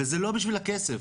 וזה לא בשביל הכסף.